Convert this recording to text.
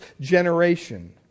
generation